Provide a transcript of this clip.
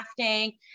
crafting